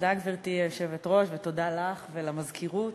תודה, גברתי היושבת-ראש, ותודה לך ולמזכירות